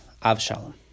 Avshalom